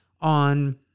on